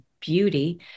beauty